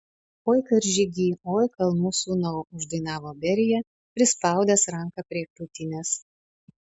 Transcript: oi karžygy oi kalnų sūnau uždainavo berija prispaudęs ranką prie krūtinės